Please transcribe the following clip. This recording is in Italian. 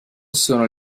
sono